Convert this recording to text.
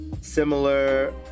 similar